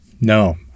No